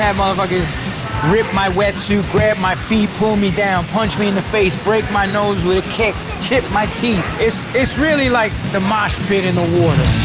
and motherfuckers rip my wetsuit, grab my feet, pull me down, punch me in the face, break my nose with a kick, chip my teeth, it's it's really like the mosh spit in the water.